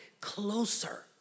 closer